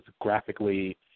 graphically